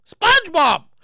SpongeBob